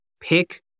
Pick